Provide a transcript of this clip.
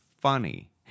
funny